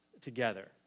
together